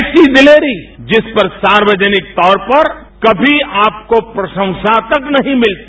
ऐसी दिलेरी जिस पर सार्वजनिक तौर पर कभी आपको प्रशंसा तक नहीं मिलती